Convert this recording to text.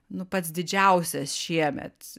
nu pats didžiausias šiemet